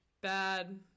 bad